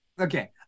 Okay